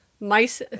mice